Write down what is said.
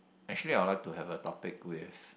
actually I will like to have a topic with